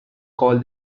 call